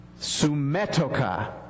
Sumetoka